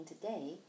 today